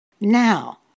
Now